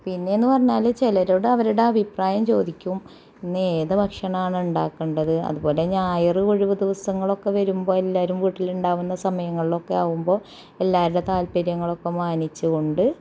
പിന്നെന്ന് പറഞ്ഞാല് ചിലരുടെ അഭിപ്രായം ചോദിക്കും ഇന്നേത് ഭക്ഷണമാണ് ഉണ്ടാക്കേണ്ടത് അത്പോലെ ഞായറ് ഒഴിവ് ദിവസങ്ങളൊക്കെ വരുമ്പോൾ എല്ലാവരും വീട്ടിലുണ്ടാകുന്ന സമയങ്ങളിലൊക്കെ ആകുമ്പോൾ എല്ലാവരുടെയും താല്പ്പര്യങ്ങളൊക്കെ മാനിച്ച് കൊണ്ട്